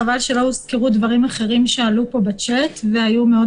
חבל שלא הוזכרו דברים אחרים שעלו פה בצ'אט והיו מאוד